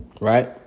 Right